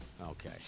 Okay